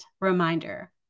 reminder